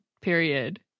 period